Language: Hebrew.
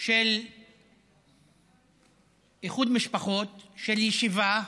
של איחוד משפחות, של שיבה,